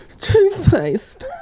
toothpaste